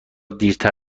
دیرتر